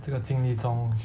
这个经历中